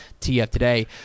TFToday